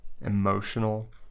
emotional